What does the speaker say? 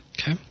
Okay